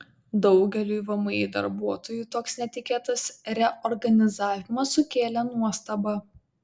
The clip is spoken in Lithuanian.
daugeliui vmi darbuotojų toks netikėtas reorganizavimas sukėlė nuostabą